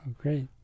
great